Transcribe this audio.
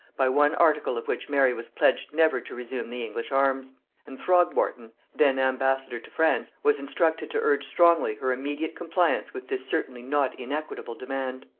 by one article of which mary was pledged never to resume the english arms and throgmorton, then ambassador to france, was instructed to urge strongly her immediate compliance with this certainly not inequitable demand.